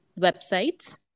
websites